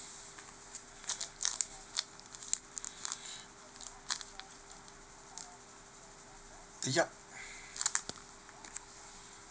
yup